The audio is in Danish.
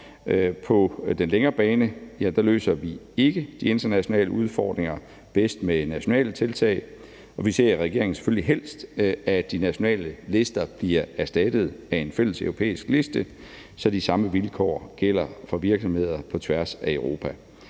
På den længere bane løser vi ikke de internationale udfordringer bedst med nationale tiltag, og vi i regeringen ser selvfølgelig helst, at de nationale lister bliver erstattet af en fælleseuropæisk liste, så de samme vilkår gælder for virksomheder på tværs af Europa.